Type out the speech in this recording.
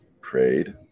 Prayed